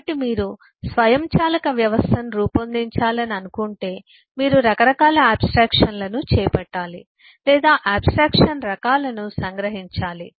కాబట్టి మీరు స్వయంచాలక వ్యవస్థను రూపొందించాలని అనుకుంటే మీరు రకరకాల ఆబ్స్ట్రాక్షన్లను చేపట్టాలి లేదా ఆబ్స్ట్రాక్షన్ రకాలను సంగ్రహించాలి